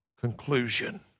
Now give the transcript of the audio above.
conclusion